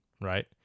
right